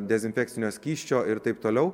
dezinfekcinio skysčio ir taip toliau